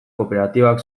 kooperatibak